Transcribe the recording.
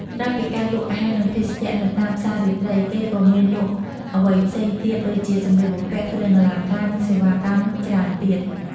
ក្រៅពីការលក់អាហារនិងភេសជ្ជៈនៅតាមផ្សាររាត្រី គេក៏មានលក់អ្វីផ្សេងទៀតដូចជាសម្លៀកបំពាក់ គ្រឿងអលង្ការ និងសេវាកម្មច្រើនទៀត។